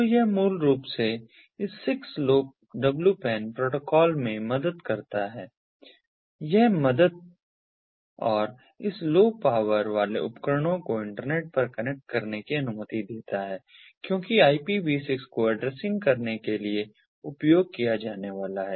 तो यह मूल रूप से इस 6LoWPAN प्रोटोकॉल में मदद करता है यह मदद और इस लो पावर वाले उपकरणों को इंटरनेट पर कनेक्ट करने की अनुमति देता है क्योंकि IPV6 को एड्रेसिंग करने के लिए उपयोग किया जाने वाला है